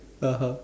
(uh huh)